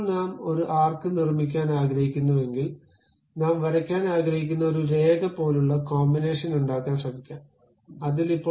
ഇപ്പോൾ നാം ഒരു ആർക്ക് നിർമ്മിക്കാൻ ആഗ്രഹിക്കുന്നുവെങ്കിൽ നാം വരയ്ക്കാൻ ആഗ്രഹിക്കുന്ന ഒരു രേഖ പോലുള്ള കോമ്പിനേഷൻ ഉണ്ടാക്കാൻ ശ്രമിക്കാം അതിൽ